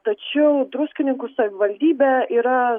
tačiau druskininkų savivaldybė yra